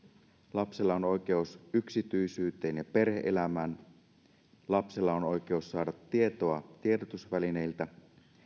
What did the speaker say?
lapsella on oikeus yksityisyyteen ja perhe elämään lapsella on oikeus saada tietoa tiedotusvälineiltä